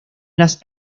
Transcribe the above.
las